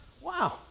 Wow